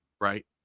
right